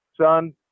Son